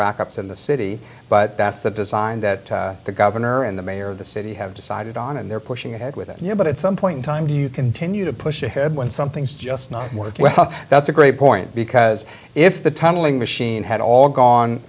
backups in the city but that's the design that the governor and the mayor of the city have decided on and they're pushing ahead with it now but at some point in time do you continue to push ahead when something's just not working well that's a great point because if the tunneling machine had all gone